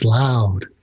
loud